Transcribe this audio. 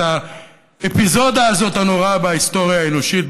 את האפיזודה הנוראה הזאת בהיסטוריה האנושית,